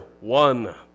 one